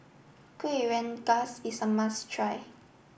Kueh Rengas is a must try